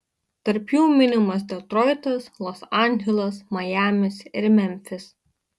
tarp jų minimas detroitas los andželas majamis ir memfis